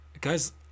Guys